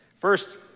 First